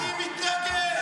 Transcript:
אני מתנגד.